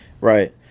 Right